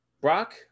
brock